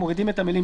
ביחד.